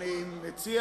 אני מציע